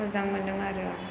मोजां मोनदों आरो आं